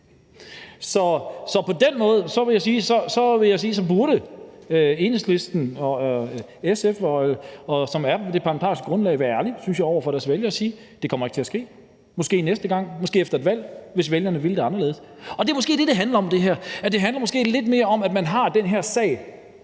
Så på den måde vil jeg sige, at Enhedslisten og SF, som er det parlamentariske grundlag, burde være ærlige over for deres vælgere og sige, at det ikke kommer til at ske – måske næste gang, måske efter et valg, hvis vælgerne vil det anderledes. Det er måske det, det her handler om. Det handler måske lidt mere om, at man har den her sag,